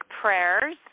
prayers